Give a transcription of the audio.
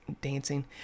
dancing